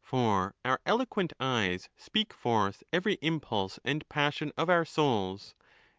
for our eloquent eyes speak forth every impulse and passion of our souls